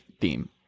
theme